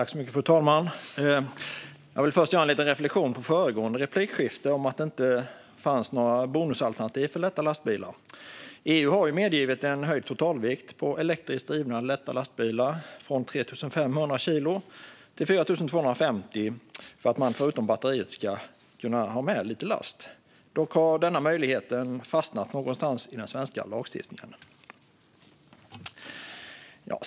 Fru talman! Jag har först en liten reflektion över föregående replikskifte när det gäller att det inte finns några bonusalternativ för lätta lastbilar. EU har medgivit höjd totalvikt för elektriskt drivna lätta lastbilar, från 3 500 kilo till 4 250 kilo, för att man förutom batteriet ska kunna ha med lite last. Dock har denna möjlighet fastnat någonstans i den svenska lagstiftningsprocessen.